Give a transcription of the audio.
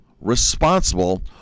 responsible